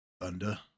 thunder